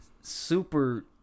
super